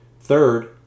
Third